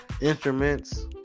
instruments